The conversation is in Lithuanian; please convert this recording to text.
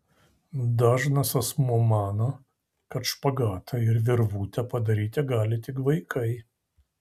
dažnas asmuo mano kad špagatą ir virvutę padaryti gali tik vaikai